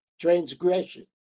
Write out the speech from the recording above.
transgression